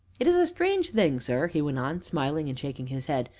it is a strange thing, sir, he went on, smiling and shaking his head,